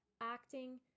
acting